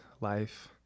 life